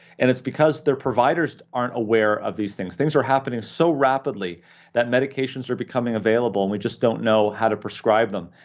and it's because their providers aren't aware of these things. things are happening so rapidly that medications are becoming available and we just don't know how to prescribe them.